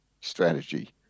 strategy